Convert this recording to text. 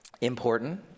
Important